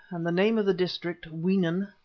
and the name of the district, weenen,